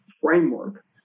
framework